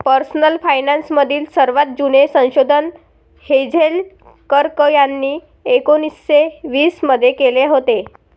personal finance मधील सर्वात जुने संशोधन हेझेल कर्क यांनी एकोन्निस्से वीस मध्ये केले होते